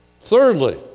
Thirdly